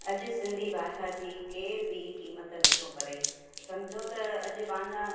अॼु सिंधी भाषा जी केरु बि क़ीमत नथो करे सम्झो त अॼु पंहिंजा